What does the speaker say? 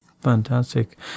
Fantastic